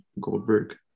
Goldberg